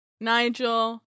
Nigel